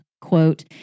Quote